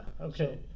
Okay